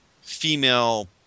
female